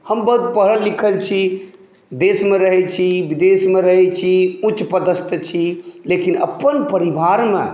हम बहुत पढ़ल लिखल छी देशमे रहैत छी विदेशमे रहैत छी उच्च पदस्थ छी लेकिन अप्पन परिवारमे